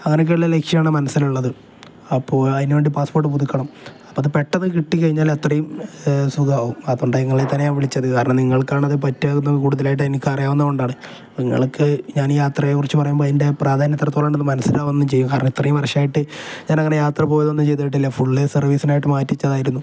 അങ്ങനെയൊക്കെയുള്ള ലക്ഷ്യമാണ് മനസ്സിലുള്ളത് അപ്പോള് അതിനുവേണ്ടി പാസ്പോർട്ട് പുതുക്കണം അപ്പോള് അത് പെട്ടെന്ന് കിട്ടിക്കഴിഞ്ഞാല് അത്രയും സുഖമാകും അതുകൊണ്ടാണ് നിങ്ങളെത്തന്നെ ഞാന് വിളിച്ചത് കാരണം നിങ്ങൾക്കാണ് അതിന് പറ്റുകയെന്ന് കൂടുതലായിട്ട് എനിക്കറിയാവുന്നത് കൊണ്ടാണ് നിങ്ങള്ക്ക് ഞാന് ഈ യാത്രയെക്കുറിച്ച് പറയുമ്പോള് അതിൻ്റെ പ്രാധാന്യം എത്രത്തോളമുണ്ടെന്ന് മനസിലാവുകയും ചെയ്യും കാരണം ഇത്രയും വർഷമായിട്ട് ഞാനങ്ങനെ യാത്ര പോവുകയൊന്നും ചെയ്തിട്ടില്ല ഫുള് സർവീസിനായിട്ട് മാറ്റിവെച്ചതായിരുന്നു